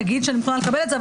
נגיד שאני מוכנה לקבל את זה,